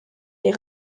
des